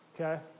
Okay